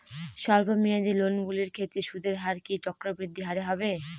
স্বল্প মেয়াদী লোনগুলির ক্ষেত্রে সুদের হার কি চক্রবৃদ্ধি হারে হবে?